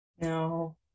No